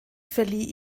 verlieh